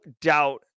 doubt